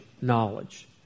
knowledge